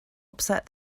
upset